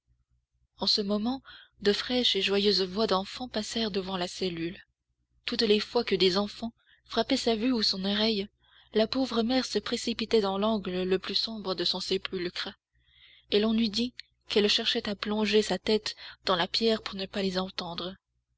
en ce moment de fraîches et joyeuses voix d'enfants passèrent devant la cellule toutes les fois que des enfants frappaient sa vue ou son oreille la pauvre mère se précipitait dans l'angle le plus sombre de son sépulcre et l'on eût dit qu'elle cherchait à plonger sa tête dans la pierre pour ne pas les entendre